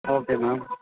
okay ma'am